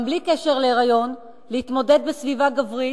גם בלי קשר להיריון, להתמודד בסביבה גברית,